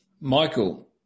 Michael